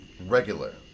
Regular